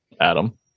Adam